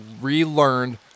relearned